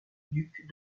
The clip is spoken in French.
duc